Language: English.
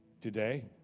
Today